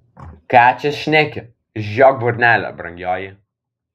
ką čia šneki žiok burnelę brangioji